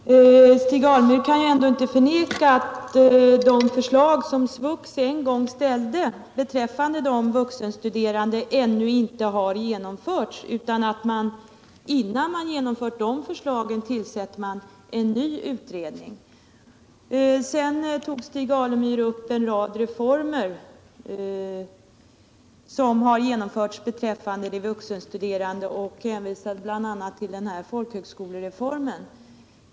Herr talman! Stig Alemyr kan ändå inte förneka att de förslag som SVUX en gång framlade beträffande de vuxenstuderande ännu inte har genomförts utan att man innan man genomfört de förslagen har tillsatt en ny utredning. Sedan tog Stig Alemyr upp en rad reformer som har genomförts beträffande de vuxenstuderande. Han hänvisade bl.a. till folkhögskolereformen.